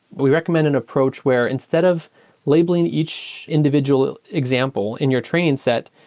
we recommend an approach where instead of labeling each individual example in your training set,